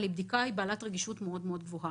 אבל הבדיקה היא בדיקה בעלת רגישות גבוה מאוד.